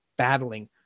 battling